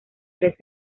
tres